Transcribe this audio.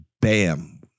bam